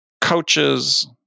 coaches